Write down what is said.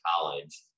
college